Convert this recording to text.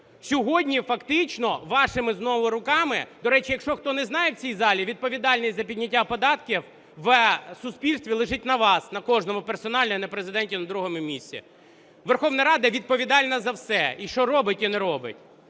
сьогодні фактично вашими знову руками, до речі, якщо хто не знає в цій залі, відповідальність за підняття податків в суспільстві лежить на вас, на кожному персонально і на Президенті на другому місці. Верховна Рада відповідальна за все – і що робить, і не робить.